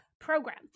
program